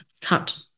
cut